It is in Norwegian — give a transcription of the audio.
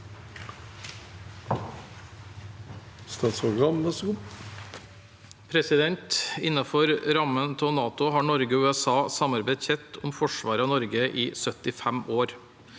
Innenfor rammen av NATO har Norge og USA samarbeidet tett om forsvaret av Norge i 75 år.